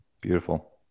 Beautiful